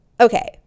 Okay